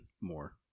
more